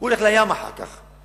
הוא הולך לים אחר כך,